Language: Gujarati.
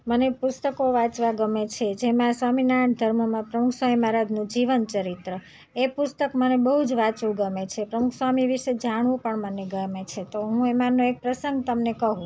મને પુસ્તકો વાંચવા ગમે છે જેમાં સ્વામિનારાયણ ધર્મમાં પ્રમુખ સ્વામી મહારાજનું જીવન ચરિત્ર એ પુસ્તક મને બહુ જ વાંચવું ગમે છે પ્રમુખ સ્વામી વિશે જાણવું પણ મને ગમે છે તો હું એમાંનો એક પ્રસંગ તમને કહું